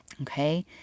Okay